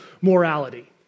morality